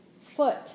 foot